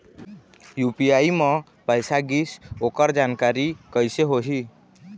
UPI म पैसा गिस ओकर जानकारी कइसे होही?